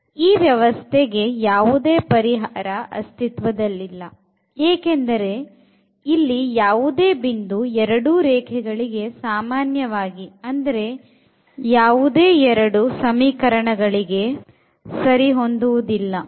ಈ ಈ ವ್ಯವಸ್ಥೆಗೆ ಯಾವುದೇ ಪರಿಹಾರ ಅಸ್ತಿತ್ವದಲ್ಲಿಲ್ಲ ಏಕೆಂದರೆ ಇಲ್ಲಿ ಯಾವುದೇ ಬಿಂದು ಎರಡೂ ರೇಖೆಗಳಿಗೆ ಸಾಮಾನ್ಯವಾಗಿ ಅಂದರೆ ಯಾವುದೇ ಎರಡೂ ಸಮೀಕರಣಗಳಿಗೆ ಸರಿಹೊಂದುವುದಿಲ್ಲ